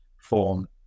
form